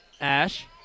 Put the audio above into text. Ash